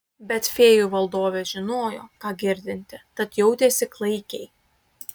bet fėjų valdovė žinojo ką girdinti tad jautėsi klaikiai